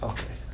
Okay